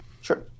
Sure